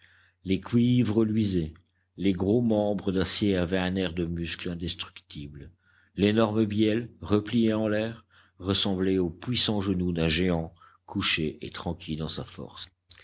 les cuivres luisaient les gros membres d'acier avaient un air de muscles indestructibles l'énorme bielle repliée en l'air ressemblait au puissant genou d'un géant couché et tranquille dans sa force